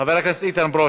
חבר הכנסת איתן ברושי,